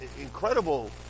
incredible